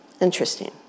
Interesting